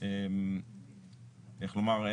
איך לומר?